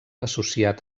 associat